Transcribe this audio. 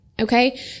okay